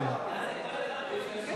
אורי מקלב ויעקב אשר אחרי סעיף 1 נתקבלה.